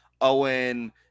owen